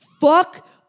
Fuck